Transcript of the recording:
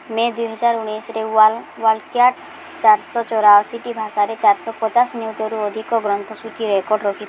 ମେ ଦୁଇହଜାର ଉଣେଇଶରେ ୱାର୍ଲ୍ଡକ୍ୟାଟ୍ ଚାରିଶହ ଚଉରାଅଶିଟି ଭାଷାରେ ଚାରିଶହ ପଚାଶ ନିୟୁତରୁ ଅଧିକ ଗ୍ରନ୍ଥସୂଚୀ ରେକର୍ଡ଼୍ ରଖିଥିଲା